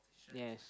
yes